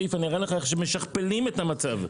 אני אראה לך איך משכפלים את המצב.